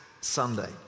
Sunday